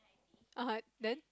ah !huh! then